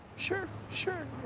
sure. sure.